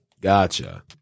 Gotcha